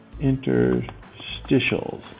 interstitials